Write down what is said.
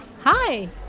Hi